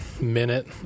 minute